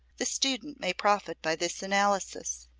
the student may profit by this analysis.